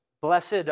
Blessed